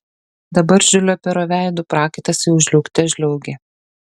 dabar žiulio pero veidu prakaitas jau žliaugte žliaugė